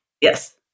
yes